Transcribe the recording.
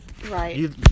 Right